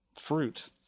fruit